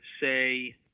say